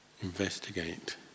investigate